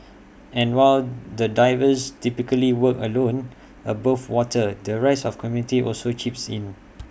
and while the divers typically work alone above water the rest of community also chips in